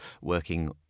working